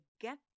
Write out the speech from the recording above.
get